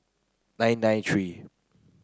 nine nine three